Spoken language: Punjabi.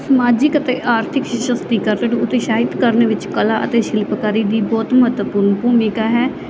ਸਮਾਜਿਕ ਅਤੇ ਆਰਥਿਕ ਸਸ਼ਕਤੀਕਰਨ ਉਤਸ਼ਾਹਿਤ ਕਰਨ ਵਿੱਚ ਕਲਾ ਅਤੇ ਸ਼ਿਲਪਕਾਰੀ ਦੀ ਬਹੁਤ ਮਹੱਤਵਪੂਰਨ ਭੂਮਿਕਾ ਹੈ